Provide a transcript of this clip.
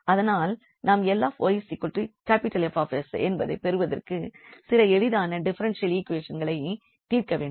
அதனால் நாம் 𝐿𝑦 𝐹𝑠 என்பதனைப் பெறுவதற்கு சில எளிதான டிஃபரென்ஷியல் ஈக்வேஷன்களைத் தீர்க்க வேண்டும்